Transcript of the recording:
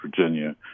Virginia